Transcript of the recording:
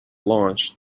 launch